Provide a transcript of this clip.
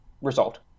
result